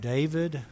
David